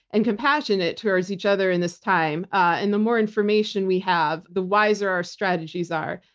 and compassionate towards each other in this time. and the more information we have, the wiser our strategies are,